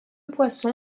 poisson